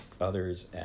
others